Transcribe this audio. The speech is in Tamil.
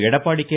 எடப்பாடி கே